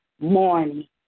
morning